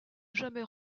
jamais